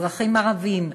אזרחים ערבים,